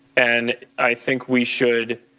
and i think we should